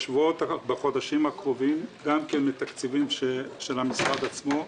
בחודשים הקרובים, גם כן מהתקציבים של המשרד עצמו,